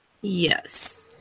Yes